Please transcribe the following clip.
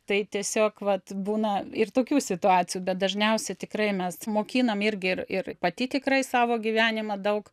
tai tiesiog vat būna ir tokių situacijų bet dažniausiai tikrai mes mokinam irgi ir ir pati tikrai savo gyvenimą daug